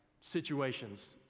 situations